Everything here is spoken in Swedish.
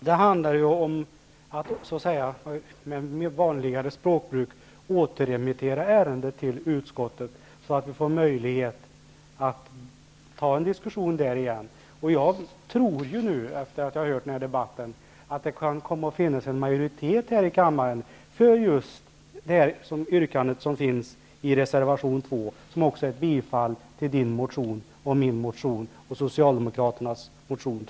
Herr talman! Det handlar ju om att, med ett vanligare språkbruk, återremittera ärendet till utskottet så att vi får möjlighet att ta upp en diskussion där igen. Efter att ha hört den här debatten tror jag att det kan komma att finnas en majoritet här i kammaren för yrkandet i reservation 2, som också innebär bifall till Ingrid Näslunds, min och -- tror jag Socialdemokraternas motion.